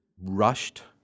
rushed